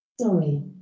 Sorry